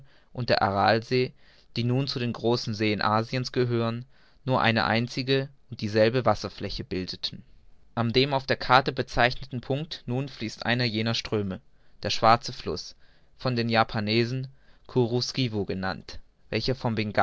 und der aral see die nun zu den großen seen asiens gehören nur eine einzige und dieselbe wasserfläche bildeten an dem auf der karte bezeichneten punkt nun fließt einer jener ströme der schwarze fluß von den japanesen kuro scivo genannt welcher vom